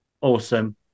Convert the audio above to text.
Awesome